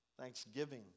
thanksgiving